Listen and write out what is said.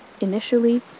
Initially